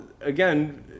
Again